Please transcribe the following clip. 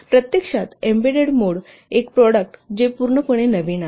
प्रत्यक्षात embedded mode एक product जे पूर्णपणे नवीन आहे